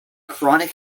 chronic